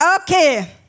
Okay